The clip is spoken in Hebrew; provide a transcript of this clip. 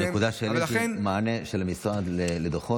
הנקודה שהעליתי, מענה המשרד על דוחות.